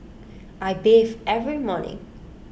I bathe every morning